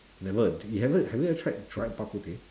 never did you have you have you ever tried dried bak-kut-teh